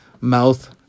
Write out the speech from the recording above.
mouth